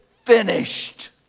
finished